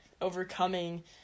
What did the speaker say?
overcoming